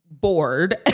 bored